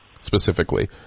specifically